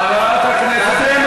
חברת הכנסת רוזין,